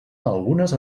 algunes